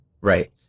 Right